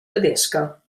tedesca